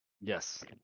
Yes